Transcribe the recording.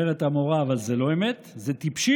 אומרת המורה: אבל זה לא אמת, זה טיפשי.